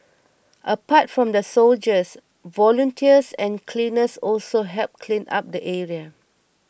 apart from the soldiers volunteers and cleaners also helped clean up the area